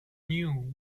knew